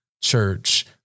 church